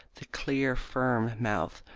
the clear, firm mouth,